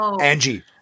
Angie